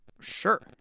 Sure